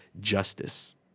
justice